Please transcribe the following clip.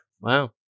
Wow